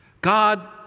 God